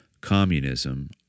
communism